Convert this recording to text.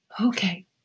Okay